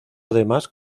además